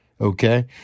Okay